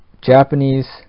Japanese